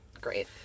Great